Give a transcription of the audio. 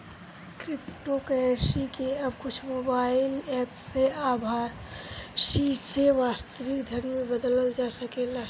cryptocurrency के अब कुछ मोबाईल एप्प से आभासी से वास्तविक धन में बदलल जा सकेला